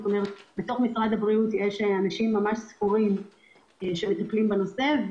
בתוך משרד הבריאות יש ממש אנשים ספורים שמטפלים בנושא,